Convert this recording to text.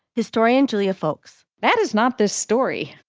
historian julia folks, that is not this story.